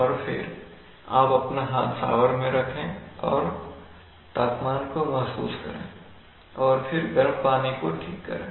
और फिर आप अपना हाथ शावर मैं रखें और तापमान को महसूस करें और फिर गर्म पानी को ठीक करें